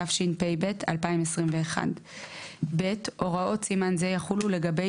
התשפ"ב 2021. (ב) הוראות סימן זה יחולו לגבי